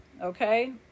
okay